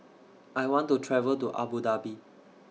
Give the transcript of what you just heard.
I want to travel to Abu Dhabi